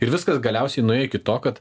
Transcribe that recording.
ir viskas galiausiai nuėjo iki to kad